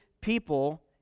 people